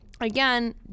Again